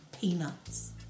peanuts